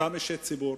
אותם אישי ציבור,